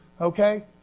okay